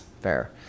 fair